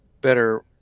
better